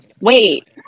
Wait